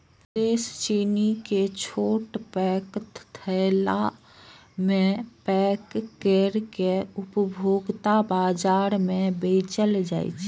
शेष चीनी कें छोट पैघ थैला मे पैक कैर के उपभोक्ता बाजार मे बेचल जाइ छै